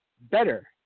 Better